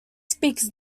speaks